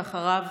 ואחריו,